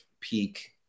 peak